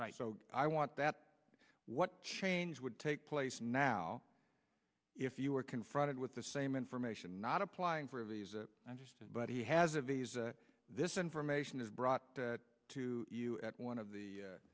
visa so i want that what change would take place now if you were confronted with the same information not applying for a visa i understand but he has a visa this information is brought to you at one of the